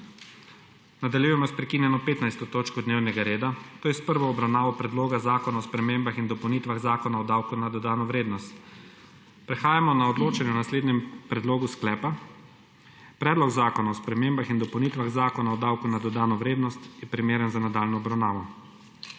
Nadaljujemo s prekinjeno 15. točko dnevnega reda, to je s prvo obravnavo Predloga zakona o spremembah in dopolnitvah Zakona o davku na dodano vrednost. Prehajamo na odločanje o naslednjem predlogu sklepa: »Predlog zakona o spremembah in dopolnitvah Zakona o davku na dodatno vrednost je primeren za nadaljnjo obravnavo.«